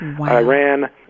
Iran